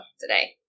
today